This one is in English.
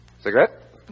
Cigarette